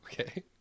Okay